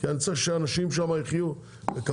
כי אני צריך שהאנשים שם יחיו בכבוד,